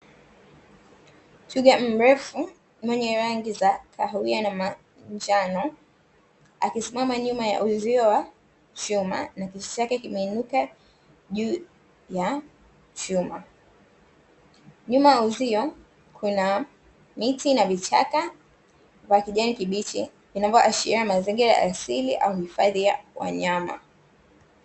Twiga mrefu mwenye rangi za kahawia na manjano akisimama nyuma ya uzio wa chuma, na kichwa chake kimeinuka juu ya chuma. Nyuma ya uzio kuna miti na vichaka vya kijani kibichi vinavyoashiria mazingira ya asili au hifadhi ya wanyama.